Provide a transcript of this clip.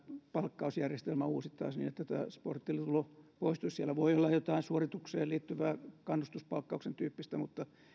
palkkausjärjestelmä uusittaisiin siellä voi olla jotain suoritukseen liittyvää kannustuspakkauksen tyyppistä mutta